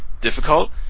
difficult